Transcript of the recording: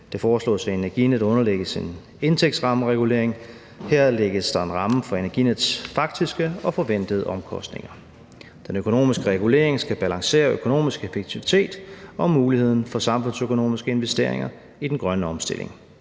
Det foreslås, at Energinet underlægges en indtægtsrammeregulering. Her lægges der en ramme for Energinets faktiske og forventede omkostninger. Den økonomiske regulering skal balancere økonomisk effektivitet og muligheden for samfundsøkonomiske investeringer i den grønne omstilling.